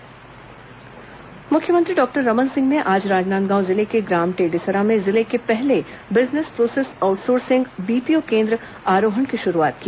मुख्यमंत्री बीपीओ केंद्र मुख्यमंत्री डॉक्टर रमन सिंह ने आज राजनादगांव जिले के ग्राम टेडेसरा में जिले के पहले बिजनेस प्रोसेस आउटसोर्सिंग बीपीओ केन्द्र आरोहण की शुरूआत की